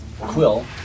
Quill